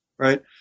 Right